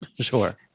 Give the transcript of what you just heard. Sure